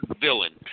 villain